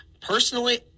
Personally